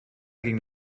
ging